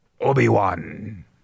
Obi-Wan